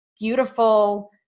beautiful